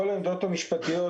לגבי כל העמדות המשפטיות,